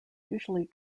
usually